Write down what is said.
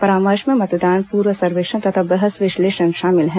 परामर्श में मतदान पूर्व सर्वेक्षण तथा बहस विश्लेषण शामिल हैं